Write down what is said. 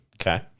okay